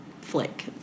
Flick